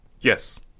Yes